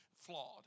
flawed